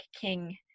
king